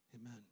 Amen